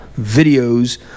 videos